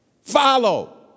follow